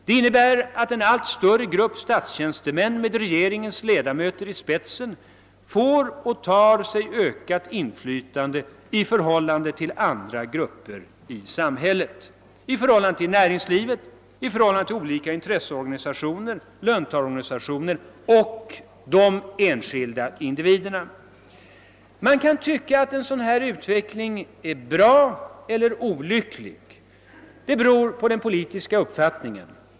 Det innebär att en allt större grupp statstjänstemän med regeringens ledamöter i spetsen får och tar sig ökat inflytande i förhållande till andra grupper i samhället — i förhållande till näringslivet, olika intresseorganisationer, löntagarorganisationerna och i förhållande till de enskilda individerna. Man kan, beroende på politisk uppfattning, tycka att en sådan utveckling är bra eller olycklig.